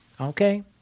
Okay